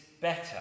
better